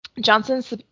Johnson's